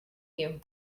you